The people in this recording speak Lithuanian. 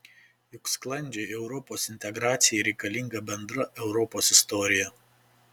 juk sklandžiai europos integracijai reikalinga bendra europos istorija